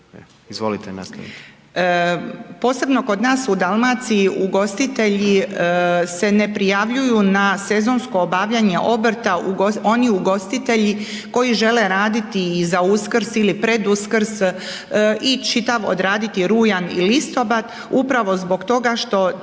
(HDZ)** Posebno kod nas u Dalmaciji ugostitelji se ne prijavljuju na sezonsko obavljanje obrta, oni ugostitelji koji žele raditi i za Uskrs i pred Uskrs i čitav odraditi rujan i listopad upravo zbog toga što